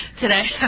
today